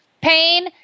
pain